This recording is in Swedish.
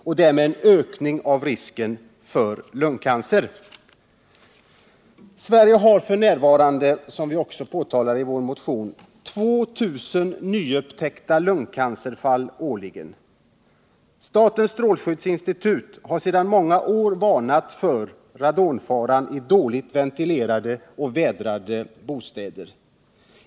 och därmed en ökning av risken för lungcancer”. Sverige har f. n. - som vi också påpekade i vår motion — 2 000 nyupptäckta lungcancerfall årligen. Statens strålskyddsinstitut har sedan många år varnat för radonfaran i dåligt ventilerade och dåligt vädrade bostäder.